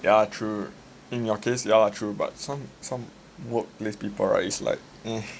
ya true in your case yeah true but some some work place people right is like